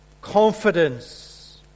confidence